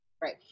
Right